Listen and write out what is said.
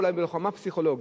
אולי בלוחמה פסיכולוגית,